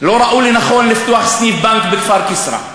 לא ראו לנכון לפתוח סניף בנק בכפר כסרא,